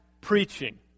preaching